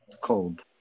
cold